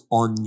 on